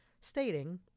stating